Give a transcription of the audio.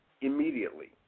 immediately